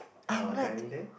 uh dining there